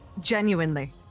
genuinely